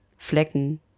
Flecken